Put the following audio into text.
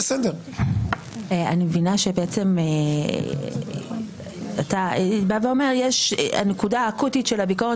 אני מבינה שבעצם אתה אומר שהנקודה האקוטית של הביקורת